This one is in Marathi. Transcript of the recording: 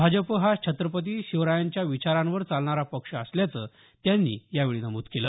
भाजप हा छत्रपती शिवरायांच्या विचारांवर चालणारा पक्ष असल्याचं त्यांनी यावेळी नमूद केलं